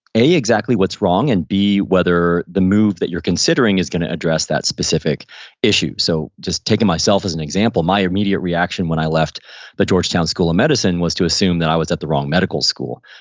a, exactly what's wrong, and b, whether the move that you're considering is going to address that specific issue so just taking myself as an example, my immediate reaction when i left the georgetown school of medicine was to assume that i was at the wrong medical school,